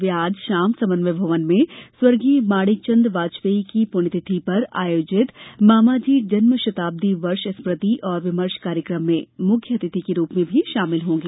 वे आज शाम समन्वय भवन में स्वर्गीय माणिक चंद वाजपेयी की पूण्यतिथि पर आयोजित मामाजी जन्म शताब्दी वर्ष स्मृति और विमर्श कार्यक्रम में मुख्य अतिथि के रूप में भी शामिल होंगे